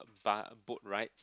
but boat ride